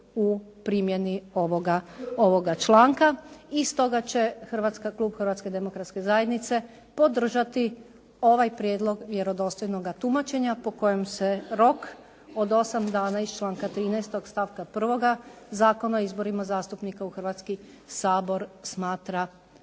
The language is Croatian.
u primjeni ovoga članka. I stoga će Klub Hrvatske demokratske zajednice podržati ovaj prijedlog vjerodostojnoga tumačenja po kojem se rok od 8 dana iz članka 13. stavka 1. Zakona o izborima zastupnika u Hrvatski sabor smatra